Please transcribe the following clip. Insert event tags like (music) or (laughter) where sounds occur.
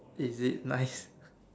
is it nice (laughs)